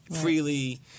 freely